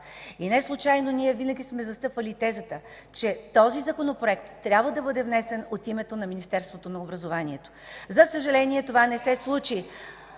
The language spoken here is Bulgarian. Неслучайно ние винаги сме застъпвали тезата, че този Законопроект трябва да бъде внесен от името на Министерството на образованието. За съжаление това не се случи.